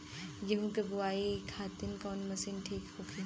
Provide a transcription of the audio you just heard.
गेहूँ के बुआई खातिन कवन मशीन ठीक होखि?